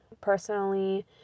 personally